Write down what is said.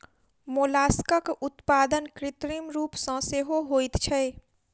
मोलास्कक उत्पादन कृत्रिम रूप सॅ सेहो होइत छै